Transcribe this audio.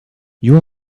you